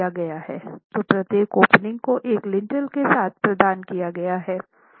तो प्रत्येक ओपनिंग को एक लिंटेल के साथ प्रदान किया गया है